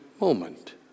moment